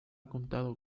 contado